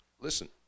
Listen